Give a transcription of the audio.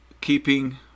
keeping